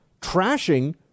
trashing